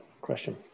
Question